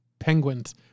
Penguins